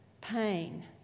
pain